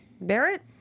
Barrett